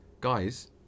guys